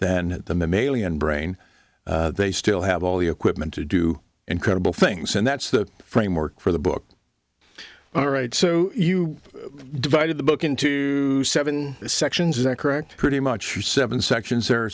than the mammalian brain they still have all the equipment to do incredible things and that's the framework for the book all right so you divided the book into seven sections is that correct pretty much seven sections